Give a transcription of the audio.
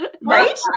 Right